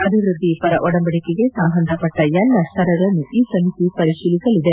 ಅಭಿವ್ಯದ್ವಿಪರ ಒಡಂಬಡಿಕೆಗೆ ಸಂಬಂಧಪಟ್ಟ ಎಲ್ಲಾ ಸ್ತರಗಳನ್ನು ಈ ಸಮಿತಿ ಪರಿಶೀಲಿಸಲಿದೆ